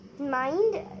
mind